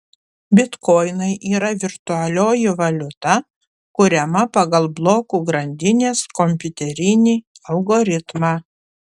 bitkoinai yra virtualioji valiuta kuriama pagal blokų grandinės kompiuterinį algoritmą